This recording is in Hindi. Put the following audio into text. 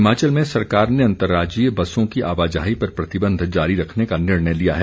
हिमाचल में सरकार ने अंतर्राज्यीय बसों की आवाजाही पर प्रतिबंध जारी रखने का निर्णय लिया है